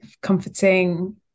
comforting